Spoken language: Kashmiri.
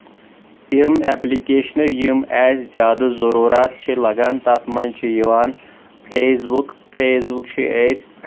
تِم ایپلیکیشنہٕ یِم اَسہِ زیادٕ ضروٗرَت چھِ لگان تَتھ منٛز چُھ یِوان فیس بُک فیس بُک چھِ أسۍ